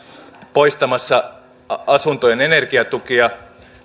poistamassa asuntojen energiatukia